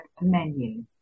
menu